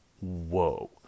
whoa